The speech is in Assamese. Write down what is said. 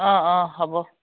অ অ হ'ব